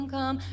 Come